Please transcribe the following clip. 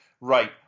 right